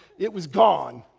it was gone.